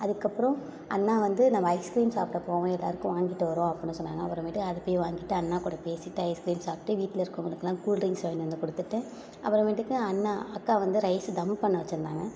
அதுக்கப்புறம் அண்ணா வந்து நம்ம ஐஸ் க்ரீம் சாப்பிட போவோம் எல்லாேருக்கும் வாங்கிட்டு வருவோம் அப்புடின்னு சொன்னாங்க அப்புறமேட்டு அதை போய் வாங்கிட்டு அண்ணாக்கூட பேசிவிட்டு ஐஸ் க்ரீம் சாப்பிட்டு வீட்டில் இருக்கவங்களுக்கெலாம் கூல் ட்ரிங்ஸ் வாங்கிட்டு வந்து கொடுத்துட்டு அப்புறமேட்டுக்கு அண்ணா அக்கா வந்து ரைஸ் தம் பண்ண வச்சுருந்தாங்க